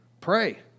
Pray